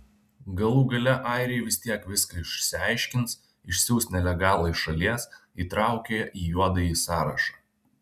galų gale airiai vis tiek viską išsiaiškins išsiųs nelegalą iš šalies įtraukę į juodąjį sąrašą